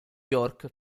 york